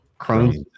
Crohn's